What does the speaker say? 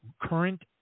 current